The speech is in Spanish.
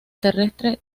terrestre